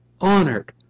honored